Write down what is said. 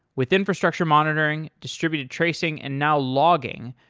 with infrastructure monitoring, distributed tracing and now logging,